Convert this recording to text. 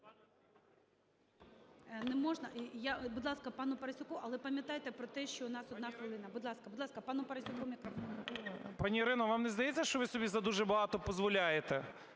Пані Ірино, вам не здається, що ви собі за дуже багато позволяєте?